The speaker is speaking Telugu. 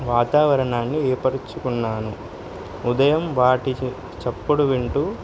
వాతావరణాన్ని ఏర్పరుచుకున్నాను ఉదయం వాటి చప్పుడు వింటూ